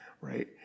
right